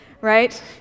right